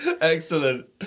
Excellent